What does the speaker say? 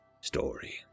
story